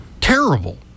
Terrible